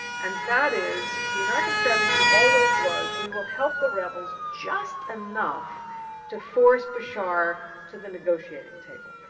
and that is, the american strategy always was, we will help the rebels just enough to force bashar to the negotiating table.